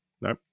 No